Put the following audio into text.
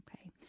okay